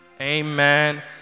Amen